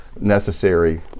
necessary